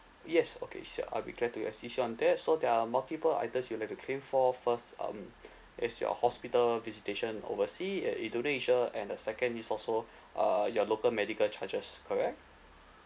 yes okay sure I'll be glad to assist you on that so there are multiple items you'd like to claim for first um it's your hospital visitation oversea at indonesia and the second is also uh your local medical charges correct